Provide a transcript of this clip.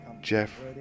Jeff